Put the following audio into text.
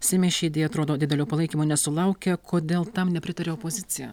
seime ši idėja atrodo didelio palaikymo nesulaukė kodėl tam nepritarė opozicija